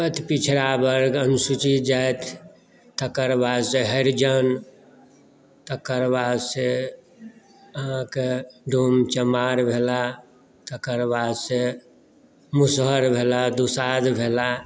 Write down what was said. अति पिछड़ा वर्ग अनुसुचित जाति तकर बाद से हरिजन तकर बाद से अहाॅंके डोम चमाड़ भेलऽ तकर बाद से मुसहर भेलाह दुसाध भेलाह